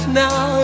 now